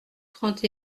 trente